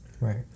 Right